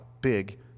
big